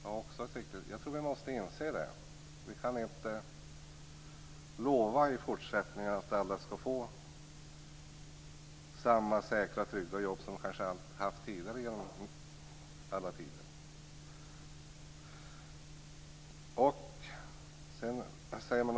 Ja, det är också riktigt. Jag tror att vi måste inse det. Vi kan inte i fortsättningen lova att alla skall få samma säkra, trygga jobb som de tidigare haft genom alla tider.